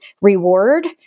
reward